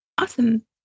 Awesome